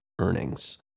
earnings